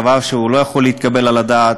דבר שלא יכול להתקבל על הדעת,